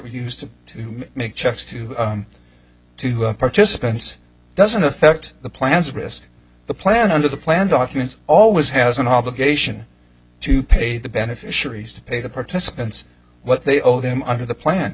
used to make checks to to have participants doesn't affect the plans risk the plan under the plan documents always has an obligation to pay the beneficiaries to pay the participants what they owe them under the plan